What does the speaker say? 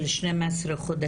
של 12 חודשים,